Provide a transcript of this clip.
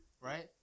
right